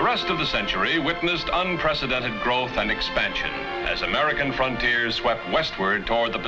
the rest of the century witnessed on president growth and expansion as american frontier swept westward toward the